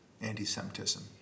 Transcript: anti-Semitism